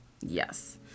Yes